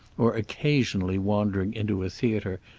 or occasionally wandering into a theater,